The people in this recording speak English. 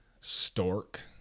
Stork